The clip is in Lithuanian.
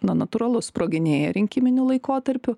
na natūralu sproginėja rinkiminiu laikotarpiu